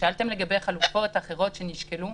שאלתם לגבי חלופות אחרות שנשקלו.